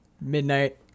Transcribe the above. Midnight